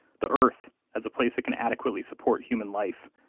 the earth as a place that can adequately support human life,